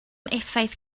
effaith